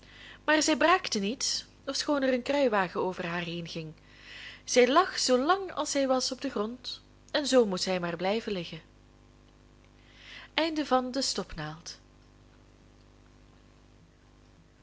maar zij braakte niet ofschoon er een kruiwagen over haar heen ging zij lag zoo lang als zij was op den grond en zoo moet zij maar blijven liggen